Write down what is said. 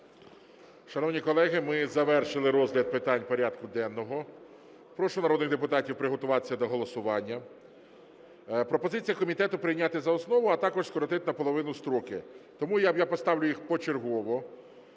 Шановні колеги, ми завершили розгляд питань порядку денного. Прошу народних депутатів приготуватися до голосування. Пропозиція комітету прийняти за основу, а також скоротити наполовину строки, тому я поставлю їх почергово.